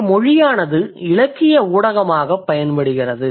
இங்கு மொழியானது இலக்கிய ஊடகமாகப் பயன்படுகிறது